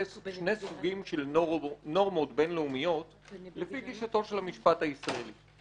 סוגים של נורמות בינלאומיות לפי גישתו של המשפט הישראלי.